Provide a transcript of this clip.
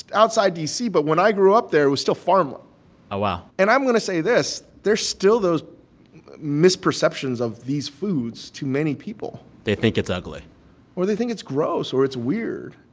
outside d c. but when i grew up there, it was still farmland oh, wow and i'm going to say this. there's still those misperceptions of these foods to many people they think it's ugly or they think it's gross, or it's weird.